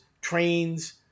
trains